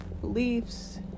beliefs